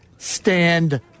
stand